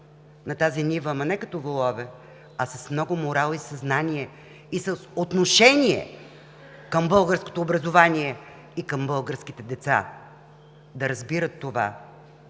на тази нива, ама не като волове, а с много морал, съзнание и с отношение към българското образование и към българските деца, да разбират това.